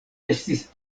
estis